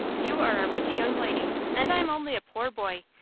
you are a rich young lady, and i'm only a poor boy,